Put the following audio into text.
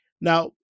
Now